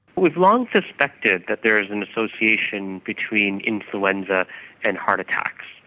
we've long suspected that there is an association between influenza and heart attacks,